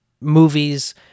movies